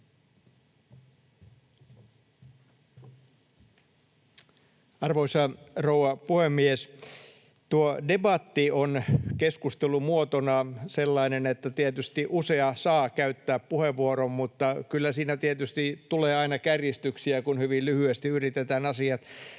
Arvoisa rouva puhemies! Tuo debatti on keskustelumuotona sellainen, että tietysti usea saa käyttää puheenvuoron, mutta kyllä siinä tietysti tulee aina kärjistyksiä, kun hyvin lyhyesti yritetään asiat sanoa.